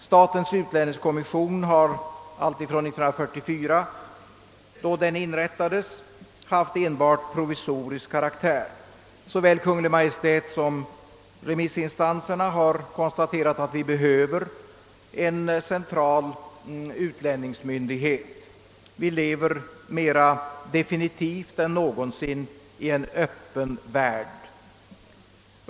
Statens utlänningskommission har från år 1944, då den inrättades, haft enbart provisorisk karaktär. Såväl Kungl. Maj:t som remissinstanserna har konstaterat att vi behöver en central och permanent utlänningsmyndighet. Vi lever mera definitivt än någonsin i en öppen värld.